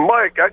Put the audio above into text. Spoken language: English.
Mike